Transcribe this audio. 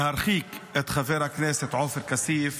-- להרחיק את חבר הכנסת עופר כסיף